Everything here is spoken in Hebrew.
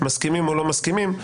מסכימים או לא מסכימים.